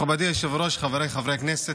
מכובדי היושב-ראש, חבריי חברי הכנסת,